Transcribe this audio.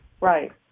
Right